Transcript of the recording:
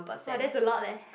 !wah! that's a lot leh